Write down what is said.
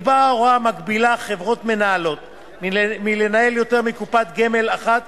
נקבעה הוראה המגבילה חברות מנהלות מלנהל יותר מקופת גמל אחת